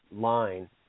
line